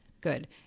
good